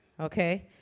Okay